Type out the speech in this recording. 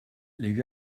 les